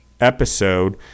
Episode